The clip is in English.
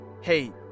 Hey